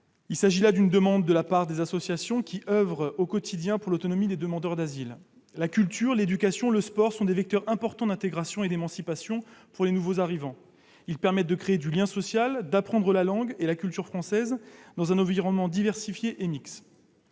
Il s'agit d'une demande des associations qui oeuvrent au quotidien pour l'autonomie des demandeurs d'asile. La culture, l'éducation et le sport sont des vecteurs importants d'intégration et d'émancipation pour les nouveaux arrivants. Ils permettent de créer du lien social et d'apprendre la langue et la culture françaises dans un environnement diversifié et mixte.